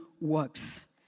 works